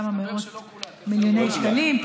כמה מאות מיליוני שקלים.